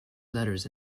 letters